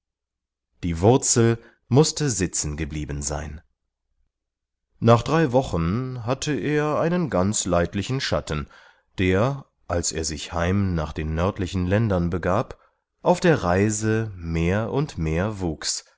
die wurzel mußte sitzen geblieben sein nach drei wochen hatte er einen ganz leidlichen schatten der als er sich heim nach den nördlichen ländern begab auf der reise mehr und mehr wuchs